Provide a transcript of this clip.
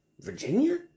Virginia